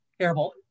Terrible